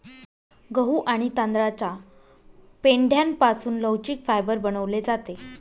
गहू आणि तांदळाच्या पेंढ्यापासून लवचिक फायबर बनवले जाते